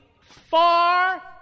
far